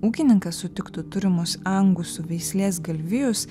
ūkininkas sutiktų turimus angus veislės galvijus